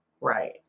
Right